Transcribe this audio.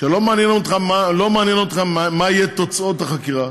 שלא מעניין אתכם מה יהיו תוצאות החקירה.